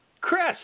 Chris